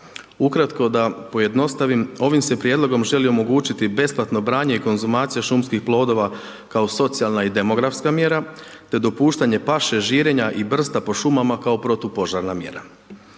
Ukratko da pojednostavim, ovim se prijedlogom želi omogućiti besplatno branje i konzumacija šumskih plodova kao socijalna i demografska mjera, te dopuštanje paše, žirenja i brsta po šumama kao protupožarna mjera.